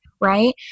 right